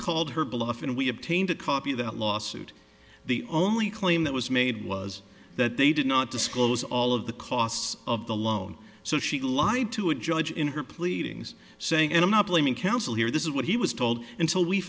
called her bluff and we obtained a copy of that lawsuit the only claim that was made was that they did not disclose all of the costs of the loan so she lied to a judge in her pleadings saying and i'm not blaming counsel here this is what he was told until we